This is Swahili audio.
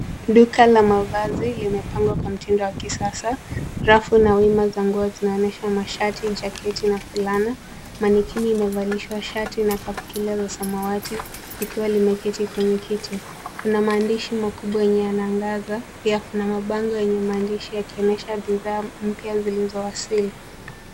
Duka la mavazi limepangwa kwa mtindo wa kisasa. Rafu na wima za nguo zinaonyesha mashati, jaketi na fulana. Manikini imevalishwa shati na kaptula za samawati, likiwa limeketi kwenye kiti. Kuna maandishi makubwa yenye yanaangaza. Pia kuna mabango yenye maandishi yakionyesha bidhaa mpya zilizowasili.